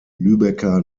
lübecker